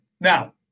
Now